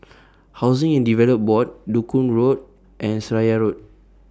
Housing and Development Board Duku Road and Seraya Road